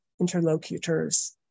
interlocutors